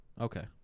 Okay